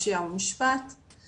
פשיעה ומשפט בלשכה המרכזית לסטטיסטיקה.